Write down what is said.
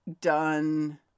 done